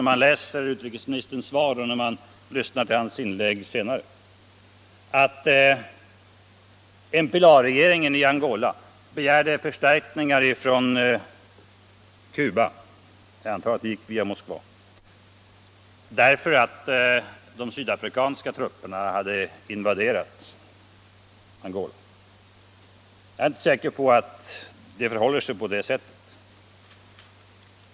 Av hans inlägg får man intrycket att MPLA regeringen i Angola begärt förstärkningar från Cuba sedan de sydafrikanska trupperna hade invaderat Angola. Jag är inte säker på att det förhåller sig på det sättet.